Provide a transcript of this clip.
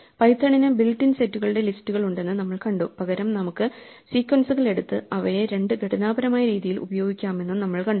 പൈത്തണിന് built in സെറ്റുകളുടെ ലിസ്റ്റുകൾ ഉണ്ടെന്നു നമ്മൾ കണ്ടു പകരം നമുക്ക് സീക്വൻസുകൾ എടുത്ത് അവയെ രണ്ട് ഘടനാപരമായ രീതിയിൽ ഉപയോഗിക്കാമെന്നും നമ്മൾ കണ്ടു